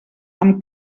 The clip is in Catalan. amb